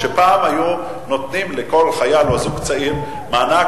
פעם היו נותנים לכל חייל או זוג צעיר מענק,